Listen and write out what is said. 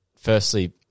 firstly